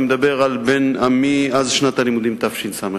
אני מדבר על מאז שנת הלימודים תשס"א.